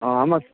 आं हांव